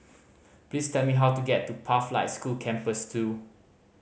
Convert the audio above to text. please tell me how to get to Pathlight School Campus Two